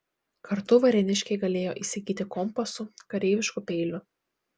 kartu varėniškiai galėjo įsigyti kompasų kareiviškų peilių